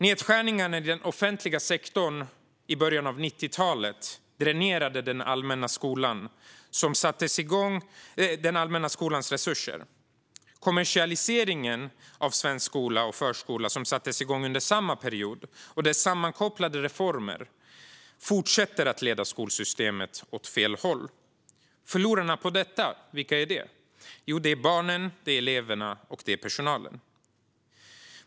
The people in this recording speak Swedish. Nedskärningarna i den offentliga sektorn i början av 90-talet dränerade den allmänna skolans resurser. Kommersialiseringen av svensk förskola och skola, som sattes igång under samma period, och dess sammankopplade reformer fortsätter att leda skolsystemet åt fel håll. Förlorarna på detta, vilka är det? Jo, det är barnen, eleverna och personalen.